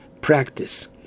practice